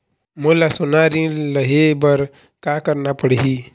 मोला सोना ऋण लहे बर का करना पड़ही?